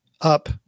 Up